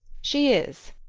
she is,